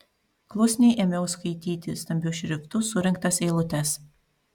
klusniai ėmiau skaityti stambiu šriftu surinktas eilutes